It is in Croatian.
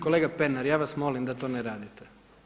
Kolega Pernar, ja vas molim da to ne radite.